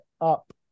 up